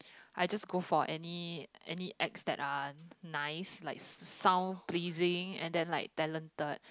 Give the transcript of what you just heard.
I just go for any any acts that are nice like sound blitzing and then like talented